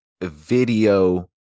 video